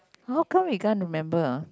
how come we can't remember ah